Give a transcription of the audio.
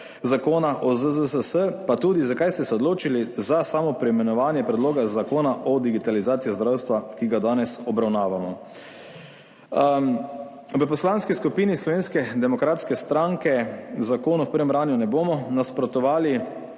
zakona o ZZZS, pa tudi zakaj ste se odločili za samo preimenovanje Predloga zakona o digitalizaciji zdravstva, ki ga danes obravnavamo. V Poslanski skupini Slovenske demokratske stranke zakonu v prvem branju ne bomo nasprotovali.